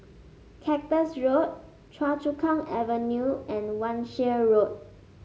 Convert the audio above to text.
Cactus Road Choa Chu Kang Avenue and Wan Shih Road